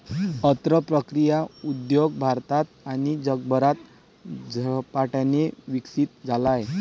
अन्न प्रक्रिया उद्योग भारतात आणि जगभरात झपाट्याने विकसित झाला आहे